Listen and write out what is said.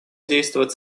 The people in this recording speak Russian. действовать